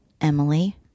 Emily